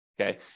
Okay